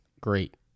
great